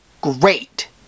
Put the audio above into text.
great